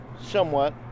Somewhat